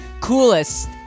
coolest